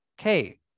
okay